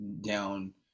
down